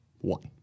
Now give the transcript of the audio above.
One